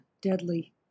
deadly